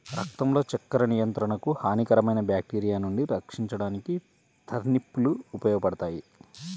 రక్తంలో చక్కెర నియంత్రణకు, హానికరమైన బ్యాక్టీరియా నుండి రక్షించడానికి టర్నిప్ లు ఉపయోగపడతాయి